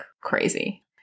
crazy